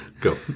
Go